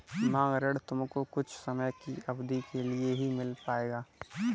मांग ऋण तुमको कुछ समय की अवधी के लिए ही मिल पाएगा